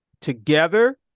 Together